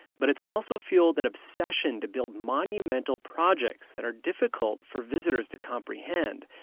but it's also fueled an obsession to build monumental projects that are difficult for visitors to comprehend,